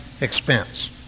expense